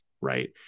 right